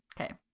Okay